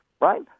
right